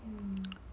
hmm